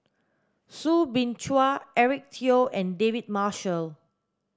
Soo Bin Chua Eric Teo and David Marshall